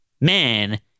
man